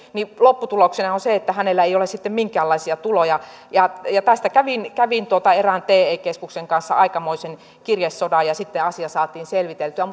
niin lopputuloksena on se että hänellä ei ole sitten minkäänlaisia tuloja tästä kävin kävin erään te keskuksen kanssa aikamoisen kirjesodan ja sitten asia saatiin selviteltyä